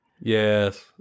yes